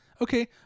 okay